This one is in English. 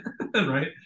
right